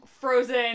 frozen